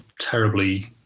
terribly